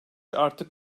artık